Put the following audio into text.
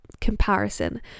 comparison